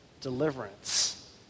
deliverance